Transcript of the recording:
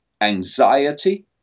anxiety